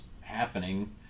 happening